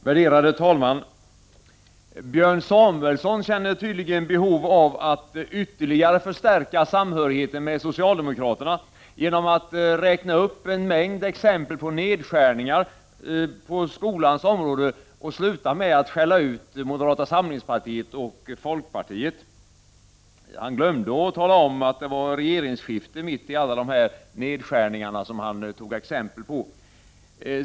Värderade talman! Björn Samuelson känner tydligen behov av att ytterligare förstärka samhörigheten med socialdemokraterna genom att räkna upp en mängd exempel på nedskärningar på skolans område och sluta med att skälla ut moderata samlingspartiet och folkpartiet. Han glömde att tala om att det var ett regeringsskifte mitt i perioden med alla de nedskärningarna som han tog exempel på.